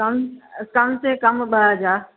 कम कम से कम ॿ हज़ार